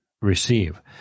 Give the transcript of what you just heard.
receive